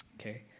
okay